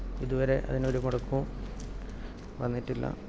ഇതുവരെ അതിനൊരു മുടക്കവും വന്നിട്ടില്ലാ